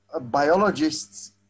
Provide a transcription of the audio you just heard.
biologists